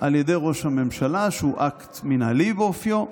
על ידי ראש הממשלה, שהוא אקט מינהלי באופיו.